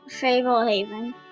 Fablehaven